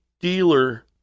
dealer